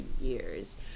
years